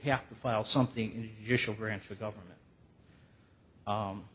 have to file something